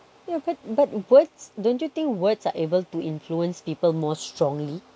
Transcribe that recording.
yeah but but words don't you think words are able to influence people more strongly